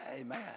Amen